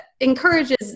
encourages